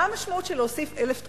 מה המשמעות של להוסיף 1,000 תקנים?